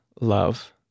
love